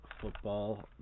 Football